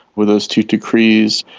with those two decrees,